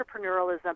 entrepreneurialism